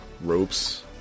ropes